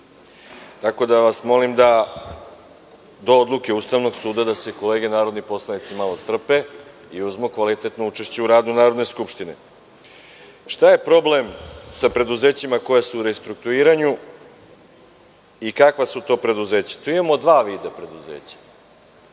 Molim vas da se do odluke Ustavnog suda kolege narodni poslanici malo strpe i uzmu kvalitetno učešće u radu Narodne skupštine. Šta je problem sa preduzećima koja su u restrukturiranju i kakva su to preduzeća? Tu imamo dva vida preduzeća.